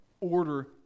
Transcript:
order